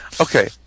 Okay